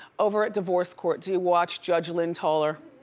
over at divorce court, do you watch judge lynn toler?